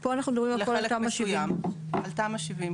אז פה אנחנו מדברים על כל התמ"א 70. על תמ"א 70,